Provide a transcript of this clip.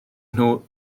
nhw